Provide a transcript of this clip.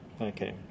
Okay